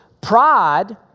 Pride